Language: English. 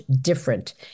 different